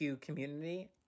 community